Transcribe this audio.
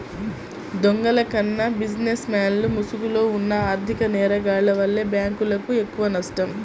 దొంగల కన్నా బిజినెస్ మెన్ల ముసుగులో ఉన్న ఆర్ధిక నేరగాల్ల వల్లే బ్యేంకులకు ఎక్కువనష్టం